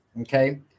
okay